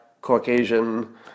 Caucasian